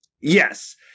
Yes